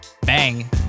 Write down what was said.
Bang